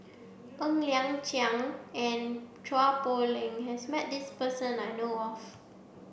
Ng Liang Chiang and Chua Poh Leng has met this person that I know of